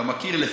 אתה מכיר?